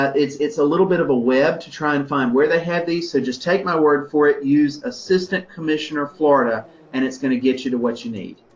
ah it's it's a little bit of a web, to try and find where they have these, so just take my word for it, use assistant commissioner florida and it's going to get you to what you need.